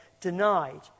denied